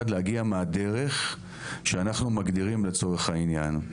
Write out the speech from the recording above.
להגיע מהדרך שאנחנו מגדירים לצורך העניין.